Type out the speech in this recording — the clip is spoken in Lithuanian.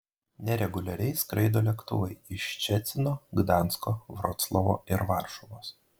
nereguliariai skraido lėktuvai iš ščecino gdansko vroclavo ir varšuvos